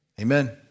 Amen